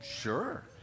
sure